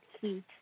heat